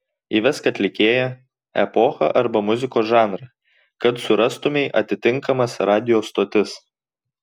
įvesk atlikėją epochą arba muzikos žanrą kad surastumei atitinkamas radijo stotis